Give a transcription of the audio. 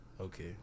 Okay